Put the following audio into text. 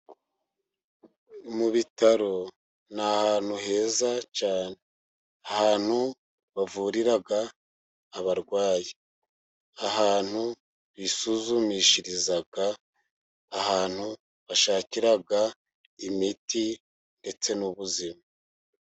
Mu bitaro ni ahantu heza cyane, ahantu bavurira abarwayi, ahantu bisuzumishiriza, ahantu bashakira imiti ndetse n'ubuzima.